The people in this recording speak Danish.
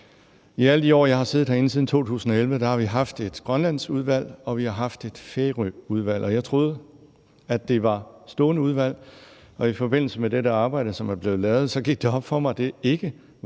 I alle de år jeg har siddet herinde, siden 2011, har vi haft et Grønlandsudvalg, og vi har haft et Færøudvalg, og jeg troede, at det var stående udvalg, og i forbindelse med dette arbejde, som er blevet lavet, gik det op for mig, at det ikke var